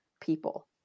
people